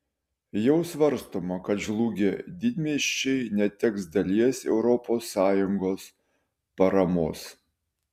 jau svarstoma kad žlugę didmiesčiai neteks dalies europos sąjungos paramos